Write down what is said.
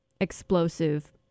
explosive